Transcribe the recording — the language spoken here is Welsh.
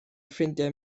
ffrindiau